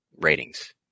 ratings